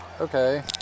okay